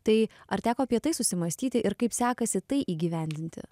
tai ar teko apie tai susimąstyti ir kaip sekasi tai įgyvendinti